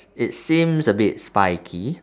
it seems a bit spiky